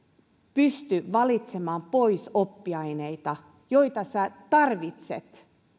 pysty valitsemaan pois oppiaineita joita sinä tarvitset